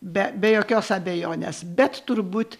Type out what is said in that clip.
be be jokios abejonės bet turbūt